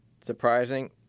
Surprising